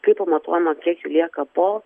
kaip pamatuojama kiek jų lieka po